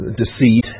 deceit